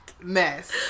mess